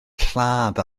lladd